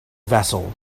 vessel